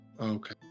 Okay